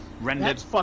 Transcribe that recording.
Rendered